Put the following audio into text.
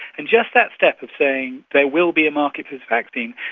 and just that step of saying there will be a market for this vaccine,